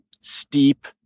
steep